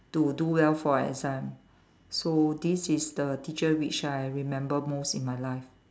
to do well for our exam so this is the teacher which I remember most in my life